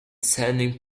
sending